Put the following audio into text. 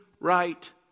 right